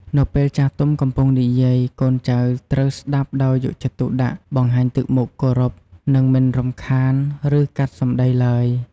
នៅពេលចាស់ទុំកំពុងនិយាយ កូនចៅត្រូវ ស្ដាប់ដោយយកចិត្តទុកដាក់ បង្ហាញទឹកមុខគោរព និងមិនរំខាន ឬ កាត់សម្ដី ឡើយ។